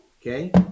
okay